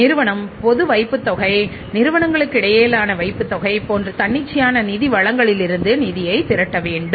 நிறுவனம் பொது வைப்புத்தொகைநிறுவனங்களுக்கு இடையேயான வைப்புத்தொகை போன்ற தன்னிச்சையான நிதி வளங்களிலிருந்து நிதி திரட்ட வேண்டும்